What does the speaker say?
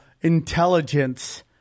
intelligence